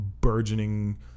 burgeoning